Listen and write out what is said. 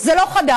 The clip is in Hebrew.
זה לא חדש.